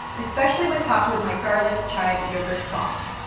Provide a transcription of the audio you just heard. especially when topped with my garlic-chive yogurt sauce.